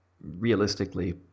realistically